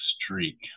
streak